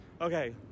okay